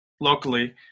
locally